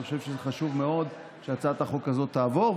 אני חושב שחשוב מאוד שהצעת החוק הזאת תעבור,